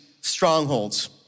strongholds